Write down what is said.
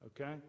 okay